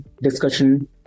discussion